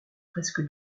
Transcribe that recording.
presque